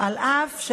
על אף,